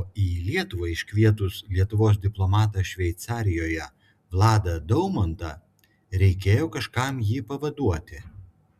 o į lietuvą iškvietus lietuvos diplomatą šveicarijoje vladą daumantą reikėjo kažkam jį pavaduoti